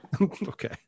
okay